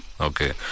Okay